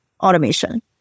automation